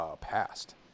passed